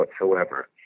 whatsoever